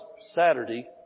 Saturday